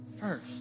first